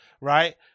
right